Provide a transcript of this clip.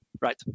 Right